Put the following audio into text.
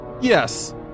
Yes